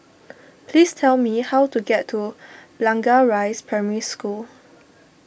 please tell me how to get to Blangah Rise Primary School